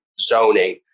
zoning